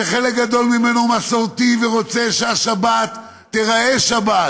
שחלק גדול ממנו הוא מסורתי ורוצה שהשבת תיראה שבת